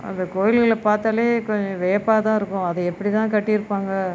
அந்த கோயில்களை பார்த்தாலே கொஞ்சம் வியப்பாக தான் இருக்கும் அதை எப்படி தான் கட்டியிருப்பாங்க